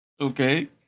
Okay